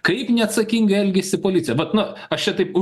kaip neatsakingai elgiasi policija vat na aš čia taip